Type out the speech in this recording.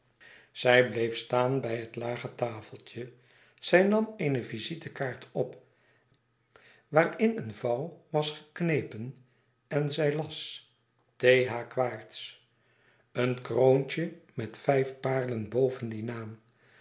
zij bleef staan bij het lage tafeltje zij nam eene visitekaart op waarin een vouw was geknepen en zij las t h quaerts een kroontje met vijf parelen boven dien naam